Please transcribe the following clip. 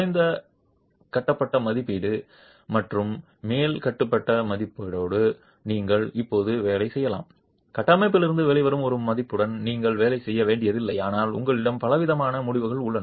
குறைந்த கட்டுப்பட்ட மதிப்பீடு மற்றும் மேல் கட்டுப்பட்ட மதிப்பீட்டோடு நீங்கள் இப்போது வேலை செய்யலாம் கட்டமைப்பிலிருந்து வெளிவரும் ஒரு மதிப்புடன் நீங்கள் வேலை செய்ய வேண்டியதில்லை ஆனால் உங்களிடம் பலவிதமான முடிவுகள் உள்ளன